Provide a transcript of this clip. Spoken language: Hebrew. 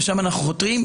לשם אנחנו חותרים,